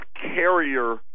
Carrier